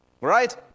Right